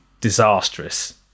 disastrous